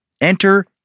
Enter